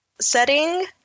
setting